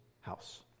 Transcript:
house